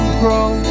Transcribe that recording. grow